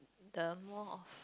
the more of